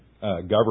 government